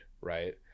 right